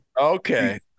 Okay